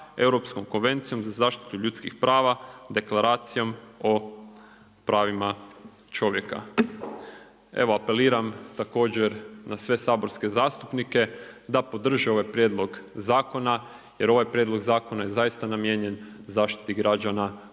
Europskom konvencijom za zaštitu ljudskih prava, Deklaracijom o pravima čovjeka. Evo apeliram također na sve saborske zastupnike, da podrže ovaj prijedlog zakona jer ovaj prijedlog zakona je zaista namijenjen zaštiti građana koji